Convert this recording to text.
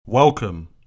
Welcome